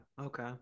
Okay